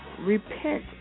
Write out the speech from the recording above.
Repent